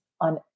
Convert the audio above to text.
on